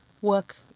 Work